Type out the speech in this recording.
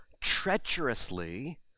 treacherously